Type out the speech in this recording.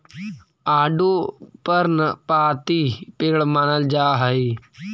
आडू पर्णपाती पेड़ मानल जा हई